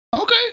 Okay